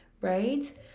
right